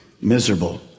miserable